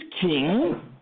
king